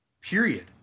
Period